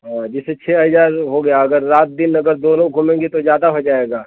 हाँ जैसे छ हजार हो गया अगर रात दिन अगर दोनों घूमेंगे तो ज्यादा हो जाएगा